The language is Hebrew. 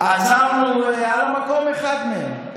עצרנו על המקום אחד מהם.